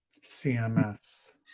CMS